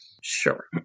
Sure